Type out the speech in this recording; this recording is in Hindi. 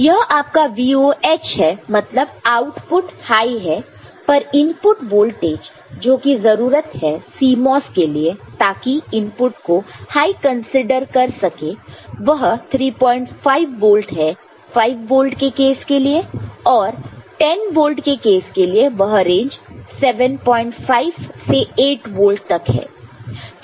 यह आपका VOH है मतलब आउटपुट हाई है पर इनपुट वोल्टेज जो की जरूरत है CMOS के लिए ताकि इनपुट को हाय कंसीडर कर सके वह 35 वोल्ट है 5 वोल्ट के केस के लिए और10 वोल्ट के केस के लिए वह रेंज 75 8 वोल्ट है